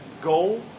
goal